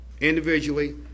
Individually